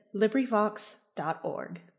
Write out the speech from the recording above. LibriVox.org